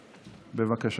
בבקשה.